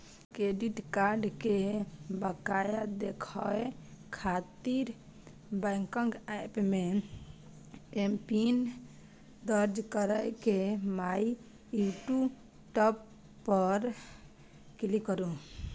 credit card के बकाया देखै खातिर बैंकक एप मे एमपिन दर्ज कैर के माइ ड्यू टैब पर क्लिक करू